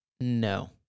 No